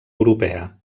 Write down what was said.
europea